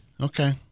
okay